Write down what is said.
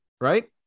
right